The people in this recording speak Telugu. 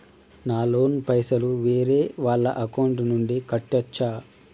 నా లోన్ పైసలు వేరే వాళ్ల అకౌంట్ నుండి కట్టచ్చా?